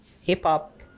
hip-hop